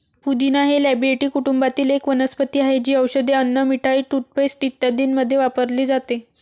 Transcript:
पुदिना हे लॅबिएटी कुटुंबातील एक वनस्पती आहे, जी औषधे, अन्न, मिठाई, टूथपेस्ट इत्यादींमध्ये वापरली जाते